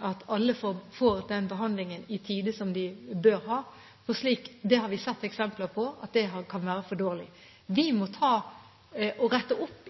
at alle får den behandlingen i tide som de bør ha. Det har vi sett eksempler på, at det kan være for dårlig. Vi må rette opp